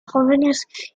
jóvenes